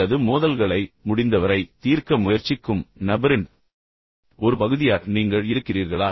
அல்லது மோதல்களைத் தீர்க்க முயற்சிக்கும் மற்றும் முடிந்தவரை அதை அகற்ற முயற்சிக்கும் நபரின் ஒரு பகுதியாக நீங்கள் இருக்கிறீர்களா